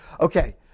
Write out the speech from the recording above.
Okay